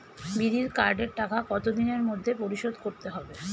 বিড়ির কার্ডের টাকা কত দিনের মধ্যে পরিশোধ করতে হবে?